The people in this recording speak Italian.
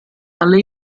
alle